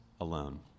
alone